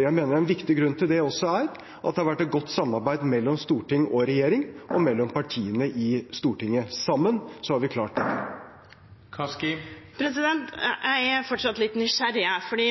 Jeg mener en viktig grunn til det også er at det har vært et godt samarbeid mellom storting og regjering og mellom partiene i Stortinget. Sammen har vi klart det. Kari Elisabeth Kaski – til oppfølgingsspørsmål. Jeg er fortsatt litt nysgjerrig, for